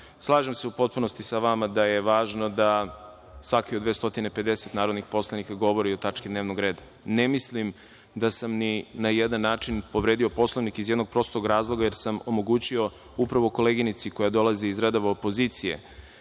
Da.)Slažem se u potpunosti sa vama da je važno da svaki od 250 narodnih poslanika govori o tački dnevnog reda. Ne mislim da sam ni na jedan način povredio Poslovnik, iz jednog prostog razloga, jer sam omogućio upravo koleginici koja dolazi iz redova opozicije,